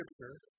Scripture